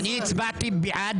הצבעתי בעד